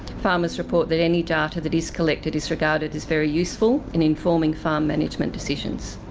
farmers report that any data that is collected is regarded as very useful in informing farm management decisions.